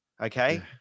Okay